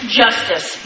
justice